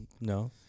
No